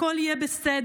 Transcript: הכול יהיה בסדר.